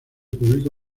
publica